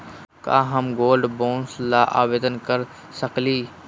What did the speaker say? का हम gold bond ल आवेदन कर सकली?